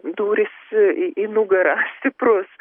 dūris į nugarą stiprus